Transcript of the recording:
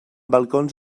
balcons